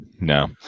No